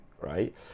right